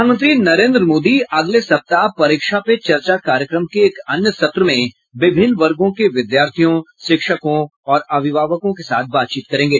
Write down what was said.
प्रधानमंत्री नरेन्द्र मोदी अगले सप्ताह परीक्षा पे चर्चा कार्यक्रम के एक अन्य सत्र में विभिन्न वर्गो के विद्यार्थियों शिक्षकों और अभिभावकों के साथ बातचीत करेंगे